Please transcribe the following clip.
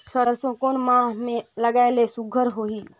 सरसो कोन माह मे लगाय ले सुघ्घर होही?